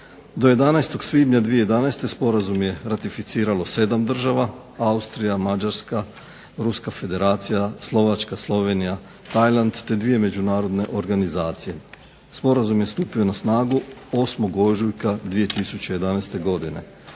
Do 11. svibnja 2011. sporazum je ratificiralo 7 država, Austrija, Mađarska, Ruska Federacija, Slovačka, Slovenija, Tajland, te dvije međunarodne organizacije. Sporazum je stupio na snagu 8. ožujka 2011. godine.